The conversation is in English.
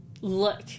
look